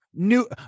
New